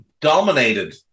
Dominated